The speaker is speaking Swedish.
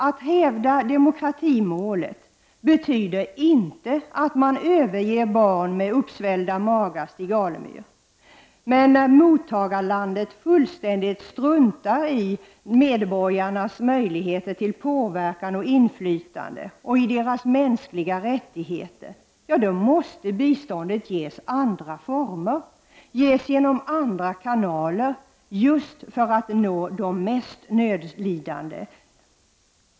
Att hävda demokratimålet betyder inte, Stig Alemyr, att man överger barn med uppsvällda magar. Men när mottagarlandet fullständigt struntar i medborgarnas möjligheter till påverkan och inflytande och deras mänskliga rättigheter, då måste biståndet ges andra former. Det måste ges genom andra kanaler just för att nå de mest nödlidande.